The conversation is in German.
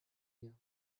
mir